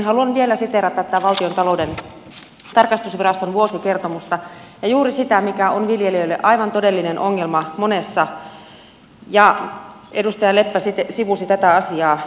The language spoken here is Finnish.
haluan vielä siteerata tämän valtiontalouden tarkastusviraston vuosikertomusta ja juuri sitä mikä on viljelijöille aivan todellinen ongelma monessa edustaja leppä sivusi tätä asiaa